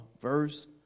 verse